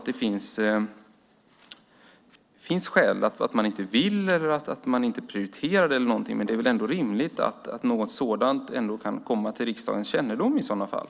Det kan ju finnas skäl - att man inte vill, att man inte prioriterar det eller någonting - men det är väl ändå rimligt att något sådant kan komma till riksdagens kännedom i sådana fall.